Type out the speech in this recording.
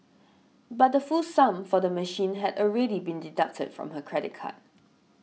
but the full sum for the machine had already been deducted from her credit card